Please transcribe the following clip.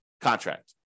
contract